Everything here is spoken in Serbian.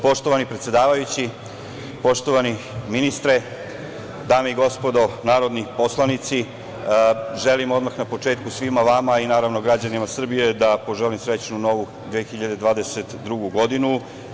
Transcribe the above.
Poštovani predsedavajući, poštovani ministre, dame i gospodo narodni poslanici, želim odmah na početku svima vama, naravno i građanima Srbije, da poželim srećnu novu 2022. godinu.